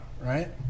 right